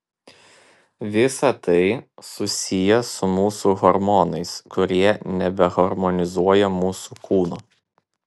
visa tai susiję su mūsų hormonais kurie nebeharmonizuoja mūsų kūno